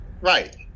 Right